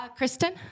Kristen